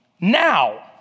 now